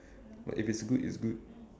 but if it's good it's good